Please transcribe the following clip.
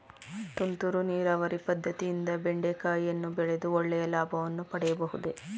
ತುಂತುರು ನೀರಾವರಿ ಪದ್ದತಿಯಿಂದ ಬೆಂಡೆಕಾಯಿಯನ್ನು ಬೆಳೆದು ಒಳ್ಳೆಯ ಲಾಭವನ್ನು ಪಡೆಯಬಹುದೇ?